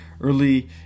Early